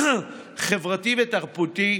חברתי ותרבותי,